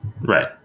Right